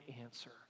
answer